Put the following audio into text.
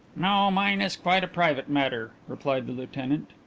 no, mine is quite a private matter, replied the lieutenant.